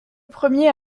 premier